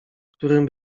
którym